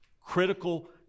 critical